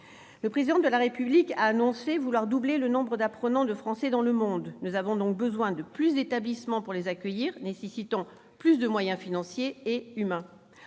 Le Président de la République a annoncé vouloir doubler le nombre d'apprenants de français dans le monde. Nous avons donc besoin de davantage d'établissements pour les accueillir, nécessitant plus de moyens financiers et humains.